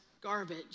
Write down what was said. garbage